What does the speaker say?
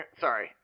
sorry